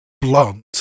blunt